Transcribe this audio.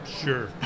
Sure